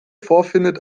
vorfindet